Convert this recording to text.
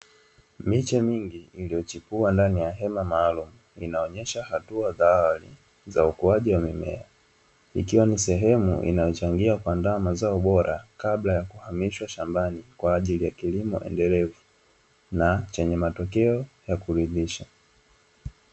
Miche mingi iliyochipua ndani ya hema maalumu, zinaonyesha hatua za awali za ukuaji wa mimea, ikiwa ni sehemu inayochangia kuandaa mazao bora kabla ya kuhamishwa shambani kwa ajili ya kilimo endelevu na chenye matokeo ya kuridhisha.